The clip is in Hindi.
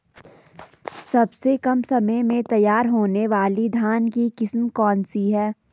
सबसे कम समय में तैयार होने वाली धान की किस्म कौन सी है?